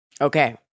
Okay